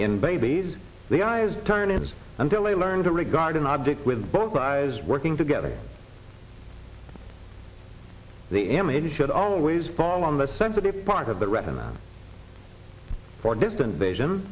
in babies the eyes turn in until they learn to regard an object with both eyes working together the image should always fall on the sensitive part of the retina for distant vision